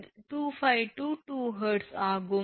25−2 𝐻𝑧 ஆகும்